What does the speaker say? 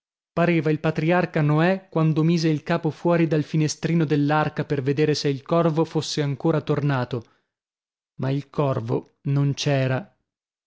pareva il patriarca noè quando mise il capo fuori dal finestrino dell'arca per vedere se il corvo fosse ancora tornato ma il corvo non c'era